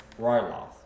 Ryloth